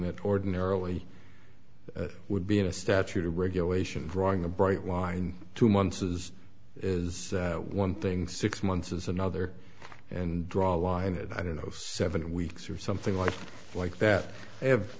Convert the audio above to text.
that ordinarily would be in a statute a regulation drawing a bright line two months is is one thing six months is another and draw a line and i don't know seven weeks or something like like that i have